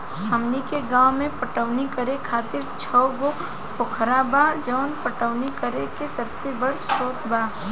हमनी के गाँव में पटवनी करे खातिर छव गो पोखरा बा जवन पटवनी करे के सबसे बड़ा स्रोत बा